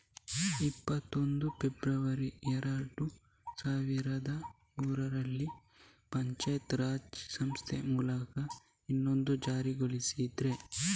ಇಪ್ಪತ್ತೊಂದು ಫೆಬ್ರವರಿ ಎರಡು ಸಾವಿರದ ಮೂರರಲ್ಲಿ ಪಂಚಾಯತ್ ರಾಜ್ ಸಂಸ್ಥೆಗಳ ಮೂಲಕ ಇದನ್ನ ಜಾರಿಗೊಳಿಸಿದ್ರು